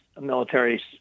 military